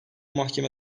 mahkeme